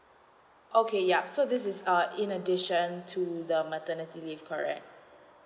okay ya so this is uh in addition to the maternity leave correct